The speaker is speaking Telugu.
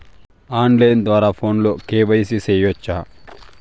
ఆన్ లైను ద్వారా ఫోనులో కె.వై.సి సేయొచ్చా